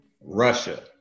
russia